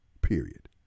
period